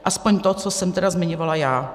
Aspoň to, co jsem zmiňovala já.